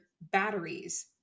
batteries